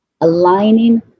aligning